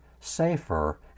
safer